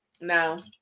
No